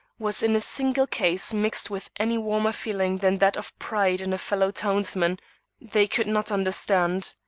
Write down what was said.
was in a single case mixed with any warmer feeling than that of pride in a fellow townsman they could not understand.